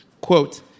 quote